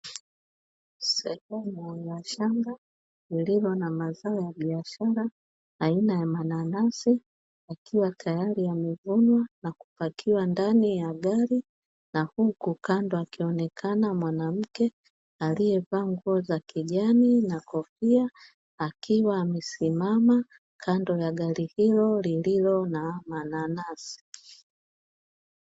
Sehemu ya shamba lililo na mazao ya biashara aina ya mananasi, yakiwa tayari yamevunwa na kupakiwa ndani ya gari. Na huku kando akionekana mwanamke aliyevaa nguo za kijani na kofia akiwa amesimama kando ya gari hilo lililo na mananasi.